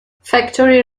factory